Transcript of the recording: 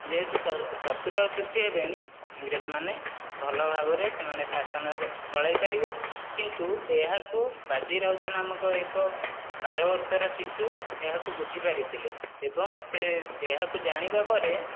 ଯେହେତୁ ଶତ୍ରୁ ଆଉ ସୃଷ୍ଟି ହେବେନି ଇଂରେଜ ମାନେ ଭଲ ଭାବରେ ସେମାନେ ଶାସନ ଚଳାଇପାରିବେ କିନ୍ତୁ ଏହାକୁ ବାଜି ରାଉତ ନାମକ ଏକ ବାର ବର୍ଷର ଶିଶୁ ଏହାକୁ ବୁଝି ପାରିଥିଲେ ଏବଂ ସେ ଏହାକୁ ଜାଣିବା ପରେ